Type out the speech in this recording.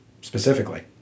specifically